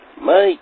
Mike